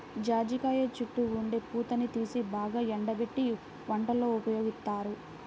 జాజికాయ చుట్టూ ఉండే పూతని తీసి బాగా ఎండబెట్టి వంటల్లో ఉపయోగిత్తారు